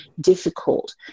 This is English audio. difficult